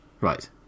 Right